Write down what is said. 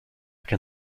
can